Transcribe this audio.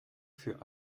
für